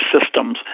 systems